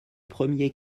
premier